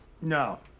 No